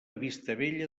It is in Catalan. vistabella